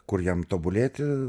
kur jam tobulėti